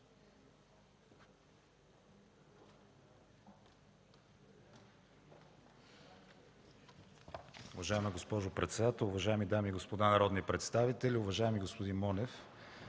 Уважаема госпожо председател, уважаеми госпожи и господа народни представители! Уважаеми господин Андонов,